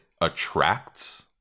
attracts